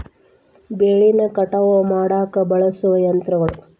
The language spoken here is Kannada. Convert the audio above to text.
ಬೆಳಿನ ಕಟಾವ ಮಾಡಾಕ ಬಳಸು ಯಂತ್ರಗಳು